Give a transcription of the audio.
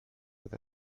with